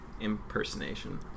impersonation